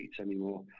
anymore